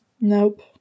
Nope